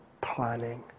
planning